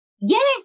Yes